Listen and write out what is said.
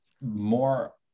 more